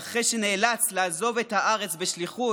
שאחרי שנאלץ לעזוב את הארץ בשליחות,